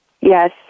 Yes